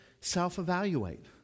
self-evaluate